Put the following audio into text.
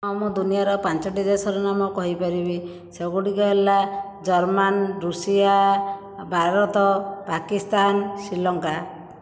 ହଁ ମୁଁ ଦୁନିଆର ପାଞ୍ଚଟି ଦେଶର ନାମ କହିପାରିବି ସେଗୁଡ଼ିକ ହେଲା ଜର୍ମାନ ରୁଷିଆ ଭାରତ ପାକିସ୍ତାନ ଶ୍ରୀଲଙ୍କା